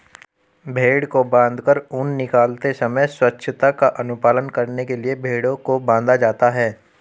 भेंड़ को बाँधकर ऊन निकालते समय स्वच्छता का अनुपालन करने के लिए भेंड़ों को बाँधा जाता है